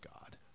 God